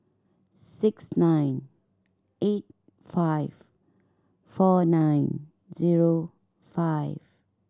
six nine eight five four nine zero five